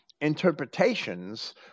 interpretations